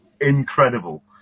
incredible